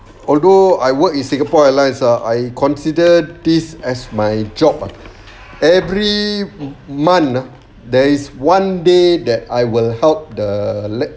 although I work in singapore airlines ah I consider this as my job ah every month ah there's one day that I will help the lack